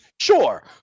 Sure